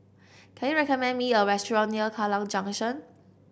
can you recommend me a restaurant near Kallang Junction